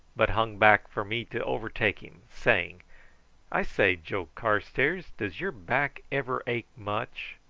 but hung back for me to overtake him, saying i say, joe carstairs does your back ever ache much?